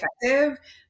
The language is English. effective